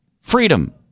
Freedom